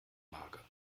mager